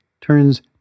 turns